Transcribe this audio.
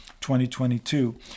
2022